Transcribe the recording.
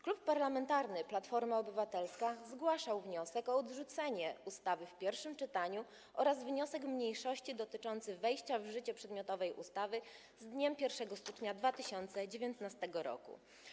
Klub Parlamentarny Platforma Obywatelska zgłaszał wniosek o odrzucenie ustawy w pierwszym czytaniu oraz wniosek mniejszości dotyczący wejścia w życie przedmiotowej ustawy z dniem 1 stycznia 2019 r.